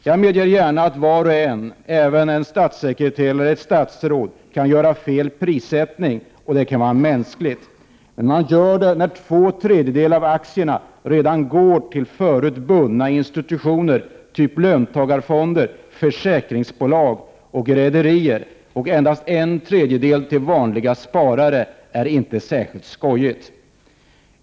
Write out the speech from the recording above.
Jag medger gärna att var och en, även en statssekreterare eller ett statsråd, kan göra felaktig prissättning — det kan vara mänskligt. Men att man gör det när två tredjedelar av aktierna går till förut bundna institutioner, typ löntagarfonder, försäkringsbolag, och rederier, och endast en tredjedel till vanliga sparare, är inte särskilt skojigt.